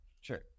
Sure